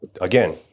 again